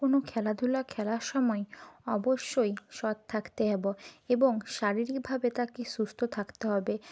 কোনো খেলাধুলা খেলার সময় অবশ্যই সৎ থাকতে এব এবং শারীরিকভাবে তাকে সুস্থ থাকতে হবে